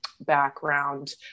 background